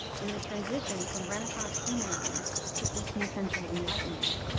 in the transition from renaissance humanism to eighteenth century enlightenment,